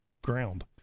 ground